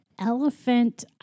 elephant